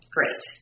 Great